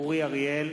אורי אריאל,